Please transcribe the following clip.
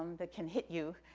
that can hit you.